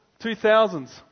2000s